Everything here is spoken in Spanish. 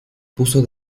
puso